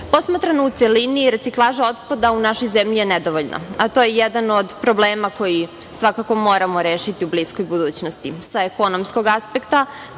u celini reciklaža otpada u našoj zemlji je nedovoljna a to je jedna od problema koji svakako moramo rešiti u bliskoj budućnosti, sa ekonomskog aspekta